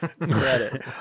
credit